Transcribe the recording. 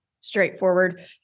straightforward